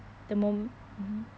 the mo~ mmhmm